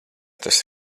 tas